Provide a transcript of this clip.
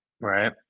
right